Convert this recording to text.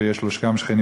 שיש לו גם שכן,